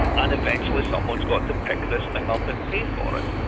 and eventually someone's got to pick this thing up and pay for it.